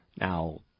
Now